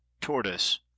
tortoise